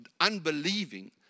unbelieving